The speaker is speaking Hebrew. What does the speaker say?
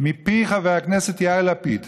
מפי חבר הכנסת יאיר לפיד